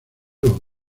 los